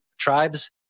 Tribes